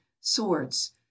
swords